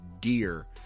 deer